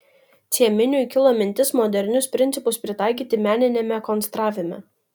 cieminiui kilo mintis modernius principus pritaikyti meniniame konstravime